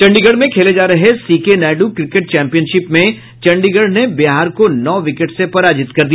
चंडीगढ़ में खेले जा रहे सीके नायडू क्रिकेट चैंपियनशिप में चंडीगढ़ ने बिहार को नौ विकेट से पराजित कर दिया